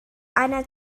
einer